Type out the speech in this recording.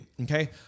Okay